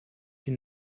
die